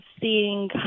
seeing